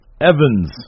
Evans